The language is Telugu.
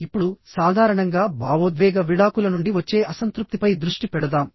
ఇప్పుడు సాధారణంగా భావోద్వేగ విడాకుల నుండి వచ్చే అసంతృప్తిపై దృష్టి పెడదాం